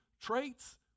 traits